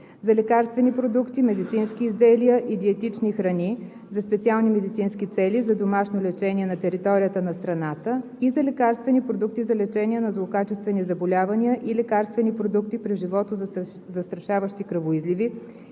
за лекарствени продукти, медицински изделия и диетични храни за специални медицински цели за домашно лечение на територията на страната и за лекарствени продукти за лечение на злокачествени заболявания и лекарствени продукти при животозастрашаващи кръвоизливи